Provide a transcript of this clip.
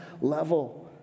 level